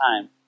time